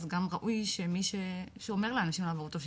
אז גם ראוי שמי שאומר לאנשים לעבור אותו,